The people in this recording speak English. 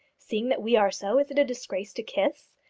seeing that we are so, is it a disgrace to kiss?